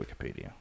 Wikipedia